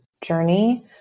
journey